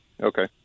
Okay